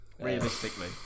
realistically